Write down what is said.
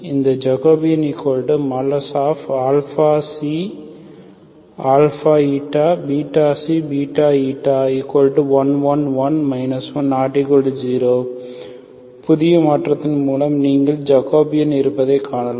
இந்த J ∶ 1 1 1 1 ≠0 புதிய மாற்றத்தின் மூலம் நீங்கள் ஜக்கோபியன் இருப்பதைக் காணலாம்